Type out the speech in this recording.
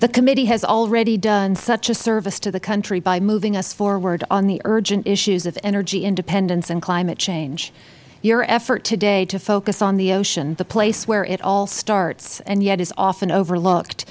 the committee has already done such a service to the country by moving us forward on the urgent issues of energy independence and climate change your effort today to focus on the ocean the place where it all starts and yet is often overlooked